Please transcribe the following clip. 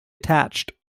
attached